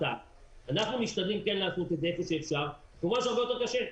אנחנו כן משתדלים לעשות היכן שאפשר אבל כמובן שזה יותר קשה.